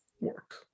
work